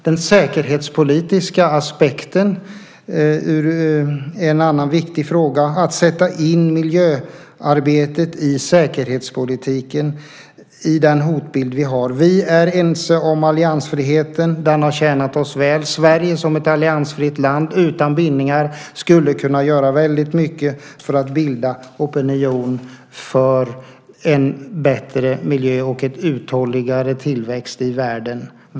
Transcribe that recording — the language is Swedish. Den säkerhetspolitiska aspekten är en annan viktig fråga, likaså att ta med miljöarbetet i arbetet med den hotbild som finns. Vi är ense om alliansfriheten. Den har tjänat oss väl. Sverige som ett alliansfritt land utan bindningar skulle kunna göra mycket för att bilda opinion för en bättre miljö och en uthålligare tillväxt i världen.